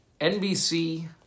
NBC